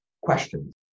questions